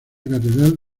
catedral